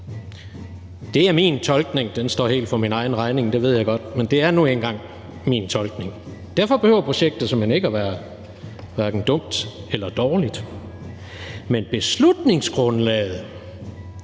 Det er min tolkning. Den står helt for min egen regning – det ved jeg godt – men det er nu engang min tolkning. Derfor behøver projektet såmænd ikke at være dumt eller dårligt, men beslutningsgrundlaget